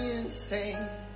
insane